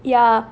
ya